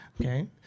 Okay